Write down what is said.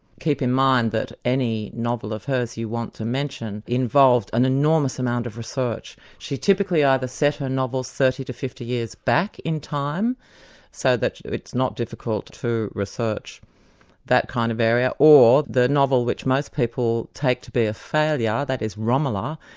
keep in mind that any novel of hers you want to mention involved an enormous amount of research. she typically either set her novels thirty to fifty years back in time so that it's not difficult to research that kind of area, or the novel which most people take to be a failure, that is romola,